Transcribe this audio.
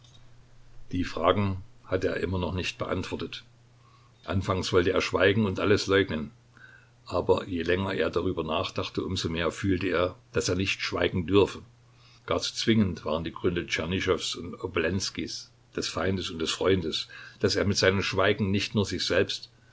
die fragen hatte er immer noch nicht beantwortet anfangs wollte er schweigen und alles leugnen aber je länger er darüber nachdachte um so mehr fühlte er daß er nicht schweigen dürfe gar zu zwingend waren die gründe tschernyschows und obolenskijs des feindes und des freundes daß er mit seinem schweigen nicht nur sich selbst